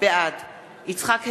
בעד יצחק הרצוג,